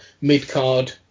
mid-card